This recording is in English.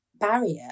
barrier